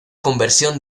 conversión